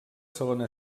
segona